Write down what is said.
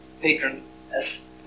patroness